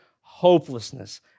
hopelessness